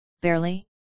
barely